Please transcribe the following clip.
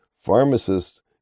Pharmacists